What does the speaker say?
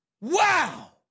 Wow